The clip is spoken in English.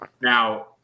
Now